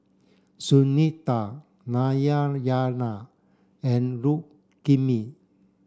Sunita Narayana and Rukmini